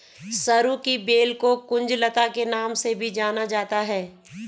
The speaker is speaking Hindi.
सरू की बेल को कुंज लता के नाम से भी जाना जाता है